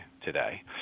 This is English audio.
today